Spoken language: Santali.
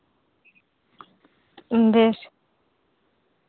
ᱵᱮᱥ